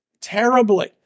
terribly